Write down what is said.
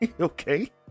okay